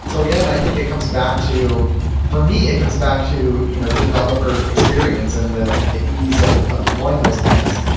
so again, i think it comes back to for me, it comes back to you know developer experience and the and the ease of of deploying those things.